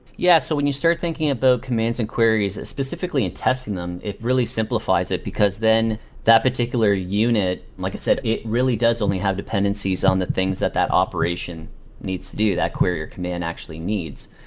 yeah. so when you start thinking about commands and queries, specifically in testing them, it really simplifies it, because then that particular unit, like i said, it really does only have dependencies on the things that that operation needs to do, that query or command actually needs.